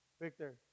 Victor